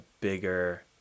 bigger